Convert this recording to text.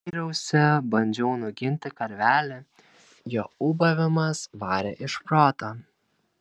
yriausi bandžiau nuginti karvelį jo ūbavimas varė iš proto